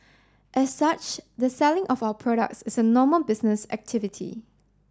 as such the selling of our products is a normal business activity